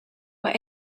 were